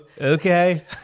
okay